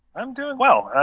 i'm doing well.